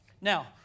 Now